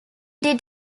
did